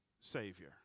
savior